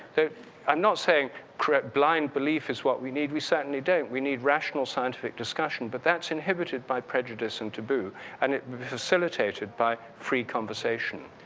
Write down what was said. i'm not saying correct blind belief is what we need, we certainly don't. we need rational scientific discussion but that's inhibited by prejudice and taboo and it facilitated by free conversation.